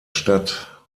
stadt